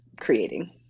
creating